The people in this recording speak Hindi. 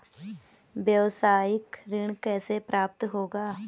व्यावसायिक ऋण कैसे प्राप्त होगा?